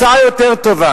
הצעה יותר טובה.